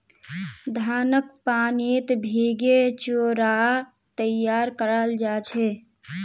धानक पानीत भिगे चिवड़ा तैयार कराल जा छे